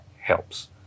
helps